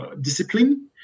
discipline